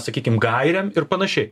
sakykim gairėm ir panašiai